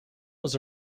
was